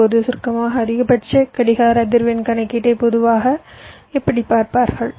இப்போது சுருக்கமாக அதிகபட்ச கடிகார அதிர்வெண் கணக்கீட்டை பொதுவாக இப்படிப் பார்ப்பார்கள்